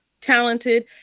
talented